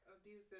abusive